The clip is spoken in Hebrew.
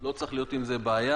לא צריכה להיות עם זה בעיה.